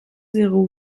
zéro